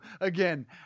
Again